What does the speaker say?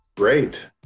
great